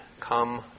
Come